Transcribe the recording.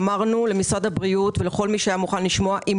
ואמרנו למשרד הבריאות ולכל מי שהיה מוכן לשמוע: "אם